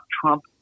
Trump